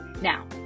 Now